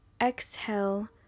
exhale